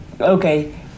okay